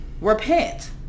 repent